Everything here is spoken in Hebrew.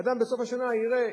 אדם בסוף השנה יראה.